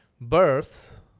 birth